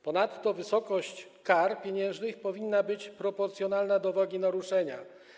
Ponadto wysokość kar pieniężnych powinna być proporcjonalna do wagi naruszenia.